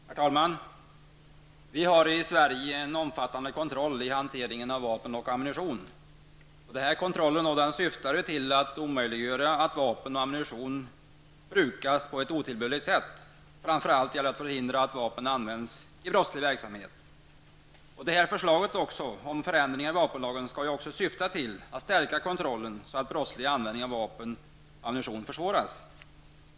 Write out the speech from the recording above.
Herr talman! Vi har i Sverige en omfattande kontroll i hanteringen av vapen och ammunition. Denna kontroll syftar till att omöjliggöra att vapnen och ammunitionen brukas på ett otillbörligt sätt. Framför allt gäller det att förhindra att vapen används i brottslig verksamhet. Det här förslaget om förändringar i vapenlagen skall ju också syfta till att stärka kontrollen, så att brottslig användning av vapen och ammunition försvåras.